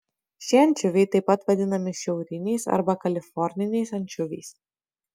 šie ančiuviai taip pat vadinami šiauriniais arba kaliforniniais ančiuviais